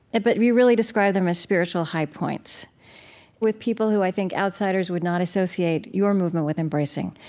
but you really describe them as spiritual high points with people who i think outsiders would not associate your movement with embracing.